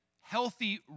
healthy